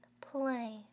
play